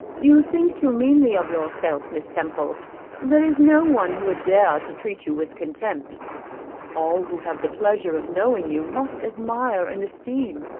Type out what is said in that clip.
you think too meanly of yourself, miss temple there is no one who would dare to treat you with contempt all who have the pleasure of knowing you must admire and esteem.